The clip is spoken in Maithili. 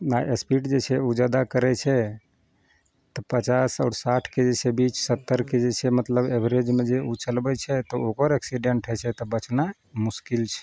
मारे स्पीड जे छै उ जादा करय छै तऽ पचास आओर साठिके जे छै बीच सत्तरके जे छै मतलब एवरेजमे जे उ चलबय छै तऽ ओकर एक्सीडेन्ट होइ छै तऽ बचना मुश्किल छै